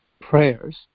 prayers